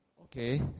Okay